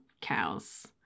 cows